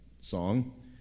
song